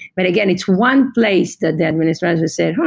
but again, it's one place that the administrator said,